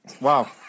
Wow